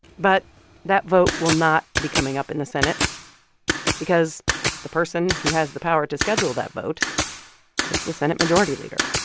but that vote will not be coming up in the senate because the person who has the power to schedule that vote is the senate majority leader,